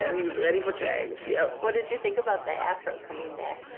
and he was ready for change, yep. what did you think about the afro coming back?